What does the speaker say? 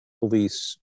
police